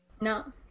No